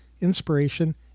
inspiration